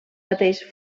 pateix